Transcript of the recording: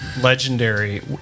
legendary